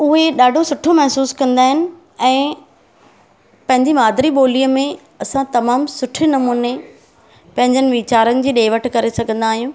उहे ॾाढो सुठो महिसूसु कंदा आहिनि ऐं पंहिंजी मादिरी ॿोलीअ में असां तमामु सुठे नमूने पंहिंजनि वीचारनि जी ॾे वठि करे सघंदा आहियूं